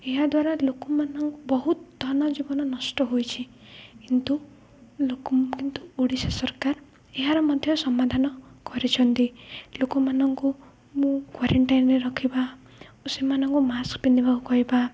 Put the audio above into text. ଏହାଦ୍ୱାରା ଲୋକମାନ ବହୁତ ଧନ ଜୀବନ ନଷ୍ଟ ହୋଇଛି କିନ୍ତୁ ଲୋକ କିନ୍ତୁ ଓଡ଼ିଶା ସରକାର ଏହାର ମଧ୍ୟ ସମାଧାନ କରିଛନ୍ତି ଲୋକମାନଙ୍କୁ ମୁଁ କ୍ଵାରେଣ୍ଟାଇନରେ ରଖିବା ଓ ସେମାନଙ୍କୁ ମାସ୍କ ପିନ୍ଧିବାକୁ କହିବା